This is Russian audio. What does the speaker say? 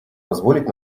позволить